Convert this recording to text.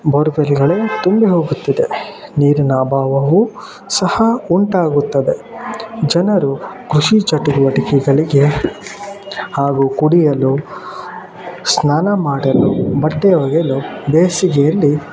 ಬೋರ್ವೆಲ್ಗಳೇ ತುಂಬಿ ಹೋಗುತ್ತದೆ ನೀರಿನ ಅಬಾವವು ಸಹ ಉಂಟಾಗುತ್ತದೆ ಜನರು ಕೃಷಿ ಚಟುವಟಿಕೆಗಳಿಗೆ ಹಾಗು ಕುಡಿಯಲು ಸ್ನಾನ ಮಾಡಲು ಬಟ್ಟೆ ಒಗೆಯಲು ಬೇಸಿಗೆಯಲ್ಲಿ